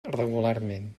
regularment